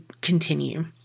continue